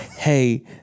hey